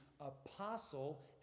apostle